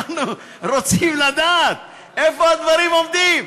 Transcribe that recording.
אנחנו רוצים לדעת, איפה הדברים עומדים?